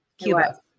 Cuba